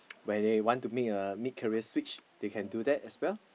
where they want to make a mid career switch they can do that as well